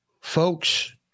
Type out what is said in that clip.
folks